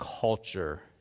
culture